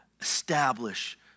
establish